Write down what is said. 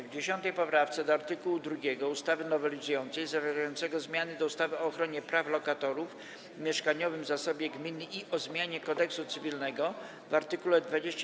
W 10. poprawce do art. 2 ustawy nowelizującej zawierającego zmiany do ustawy o ochronie praw lokatorów i mieszkaniowym zasobie gminy i o zmianie Kodeksu cywilnego w art.